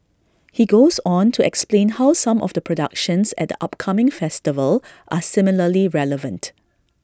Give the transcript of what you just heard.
he goes on to explain how some of the productions at upcoming festival are similarly relevant